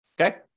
okay